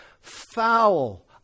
Foul